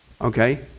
okay